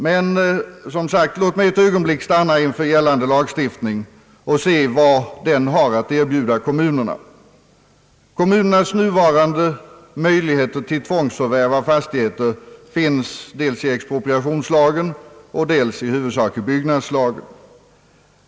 Men, som sagt, låt mig ett ögonblick stanna inför gällande lagstiftning och se vad den har att erbjuda kommunerna. Kommunernas nuvarande möjligheter till tvångsförvärv av fastigheter finns dels i cexpropriationslagen, dels i huvudsak i byggnadslagen.